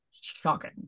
shocking